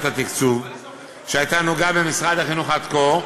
התקצוב שהייתה נהוגה במשרד החינוך עד כה.